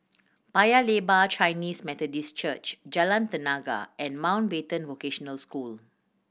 Paya Lebar Chinese Methodist Church Jalan Tenaga and Mountbatten Vocational School